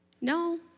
no